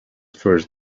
first